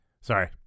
sorry